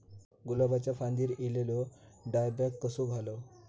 गुलाबाच्या फांदिर एलेलो डायबॅक कसो घालवं?